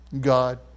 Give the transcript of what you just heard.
God